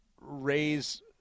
raise